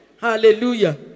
Hallelujah